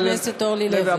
חברת הכנסת אורלי לוי.